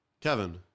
Kevin